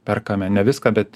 perkame ne viską bet